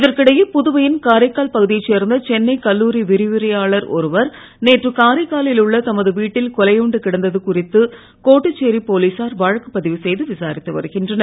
இதற்கிடையே புதுவையின் காரைக்கால் பகுதியைச் சேர்ந்த சென்னை கல்லூரி விரிவுரையாளர் ஒருவர் நேற்று காரைக்காலில் உள்ள தமது வீட்டில் கொலையுண்டு கிடந்தது குறித்து கோட்டுச்சேரி போலீசார் வழக்கு பதிவு செய்து விசாரித்து வருகின்றனர்